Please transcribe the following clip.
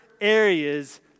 areas